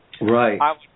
Right